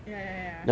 ya ya ya